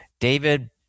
David